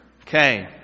Okay